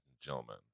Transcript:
gentlemen